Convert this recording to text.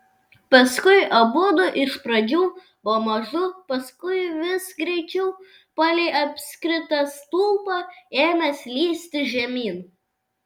paskui abudu iš pradžių pamažu paskui vis greičiau palei apskritą stulpą ėmė slysti žemyn